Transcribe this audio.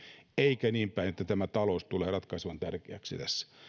eikä niinpäin että talous tulee ratkaisevan tärkeäksi tässä